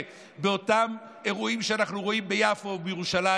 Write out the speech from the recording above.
באותם אירועים שאנחנו רואים ביפו ובירושלים,